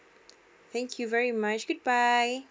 thank you very much good bye